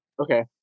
Okay